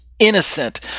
Innocent